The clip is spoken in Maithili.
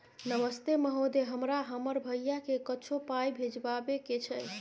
नमस्ते महोदय, हमरा हमर भैया के कुछो पाई भिजवावे के छै?